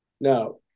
Now